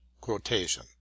quotation